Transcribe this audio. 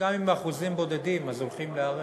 גם אם באחוזים בודדים, אז הולכים להרע.